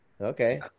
Okay